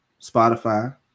Spotify